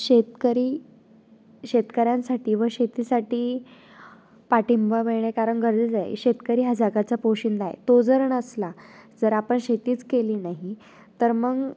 शेतकरी शेतकऱ्यांसाठी व शेतीसाठी पाटिंबा मिळणे कारण गरजेच आहे शेतकरी ह्या जगाचा पोषिंदा तो जर नसला जर आपण शेतीच केली नाही तर मग